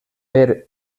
per